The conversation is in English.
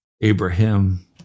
Abraham